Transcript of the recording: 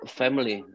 family